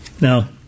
Now